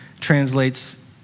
translates